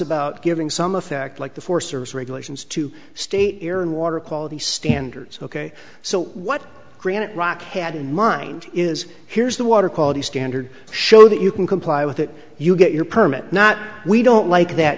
about giving some effect like the forest service regulations to state you're in water quality standards ok so what granite rock had in mind is here's the water quality standard show that you can comply with it you get your permit not we don't like that